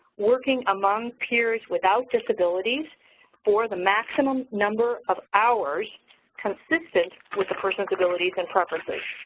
working among peers without disabilities for the maximum number of hours consistent with a person's abilities and preferences.